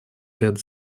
ряд